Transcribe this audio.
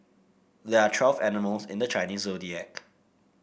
there are twelve animals in the Chinese Zodiac